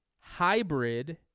hybrid